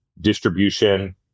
distribution